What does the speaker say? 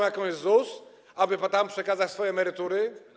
jaką jest ZUS, aby tam przekazać swoje emerytury?